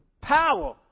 power